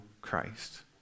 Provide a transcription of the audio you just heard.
Christ